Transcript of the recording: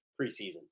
preseason